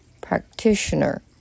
practitioner